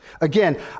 Again